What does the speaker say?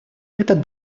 этот